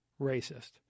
racist